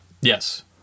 Yes